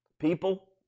People